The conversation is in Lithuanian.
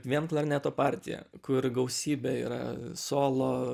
vien klarneto partija kur gausybė yra solo